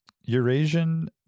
Eurasian